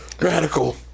Radical